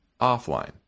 offline